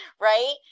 right